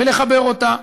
ולחבר אותה,